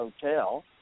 hotel